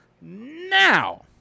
Now